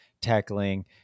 tackling